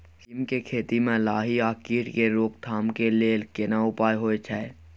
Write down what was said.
सीम के खेती म लाही आ कीट के रोक थाम के लेल केना उपाय होय छै?